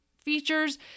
features